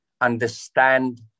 understand